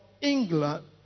England